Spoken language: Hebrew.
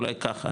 אולי ככה,